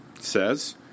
says